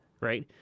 right